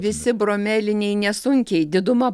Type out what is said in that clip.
visi bromeliniai nesunkiai diduma